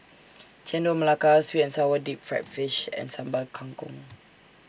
Chendol Melaka Sweet and Sour Deep Fried Fish and Sambal Kangkong